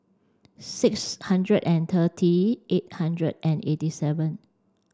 six hundred and thirty eight hundred and eighty seven